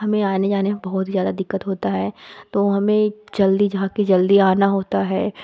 हमें आने जाने में बहुत ही ज़्यादा दिक्कत होती है तो हमें जल्दी जा के जल्दी आना होता है